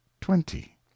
Twenty